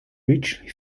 richly